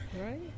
Right